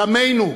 דמנו,